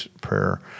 prayer